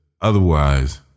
otherwise